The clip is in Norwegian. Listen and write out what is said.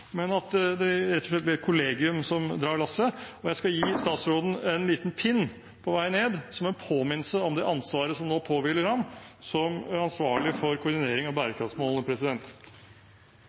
men at det rett og slett blir et kollegium som drar lasset. Og jeg skal gi statsråden en liten pins på vei ned, som en påminnelse om det ansvaret som nå påhviler ham som ansvarlig for koordinering av bærekraftsmålene.